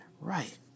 right